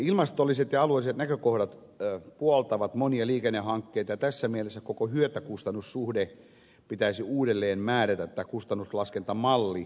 ilmastolliset ja alueelliset näkökohdat puoltavat monia liikennehankkeita ja tässä mielessä koko hyötykustannus suhteen osalta pitäisi uudelleen määrätä tämä kustannuslaskentamalli